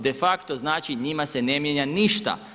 Defakto znači, njima se ne mijenja ništa!